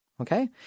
Okay